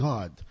God